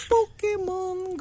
Pokemon